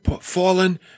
fallen